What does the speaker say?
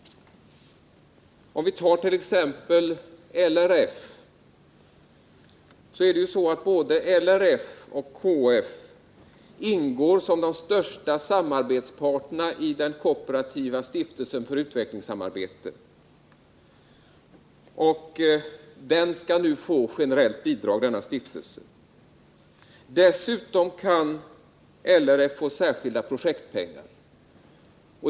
Vi kan som ett exempel ta LRF. Det är ju så att både LRF och KF ingår som de största samarbetspartnerna i den kooperativa stiftelsen för utvecklingssamarbete. Denna stiftelse skall nu få ett generellt bidrag. Dessutom kan LRF få särskilda projektpengar.